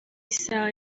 isaha